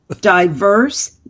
diverse